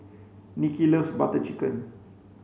Nikki loves butter chicken